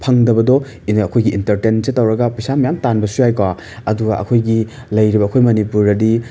ꯐꯪꯗꯕꯗꯣ ꯑꯩꯈꯣꯏꯒꯤ ꯏꯟꯇꯔꯇꯦꯟꯁꯤ ꯇꯧꯔꯒ ꯄꯩꯁꯥ ꯃꯌꯥꯝ ꯇꯥꯟꯕꯁꯨ ꯌꯥꯏꯀꯣ ꯑꯗꯨꯒ ꯑꯩꯈꯣꯏꯒꯤ ꯂꯩꯔꯤꯕ ꯑꯩꯈꯣꯏꯒꯤ ꯃꯅꯤꯄꯨꯔꯗꯗꯤ